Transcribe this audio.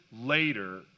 later